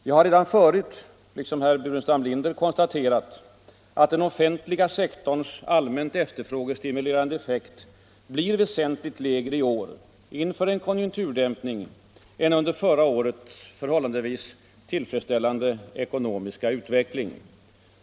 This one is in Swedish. Jag har redan förut liksom herr Burenstam Linder konstaterat, att den offentliga sektorns allmänt efterfrågestimulerande effekt blir väsentligt lägre i år — inför en konjunkturdämpning — än under förra årets förhållandevis tillfredsställande ekonomiska utveckling.